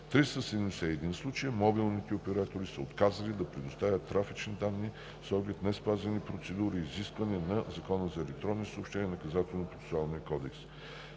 261 случая мобилните оператори са отказали да предоставят трафични данни с оглед неспазени процедури и изисквания на Закона за електронните съобщения и